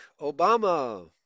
Obama